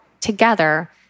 together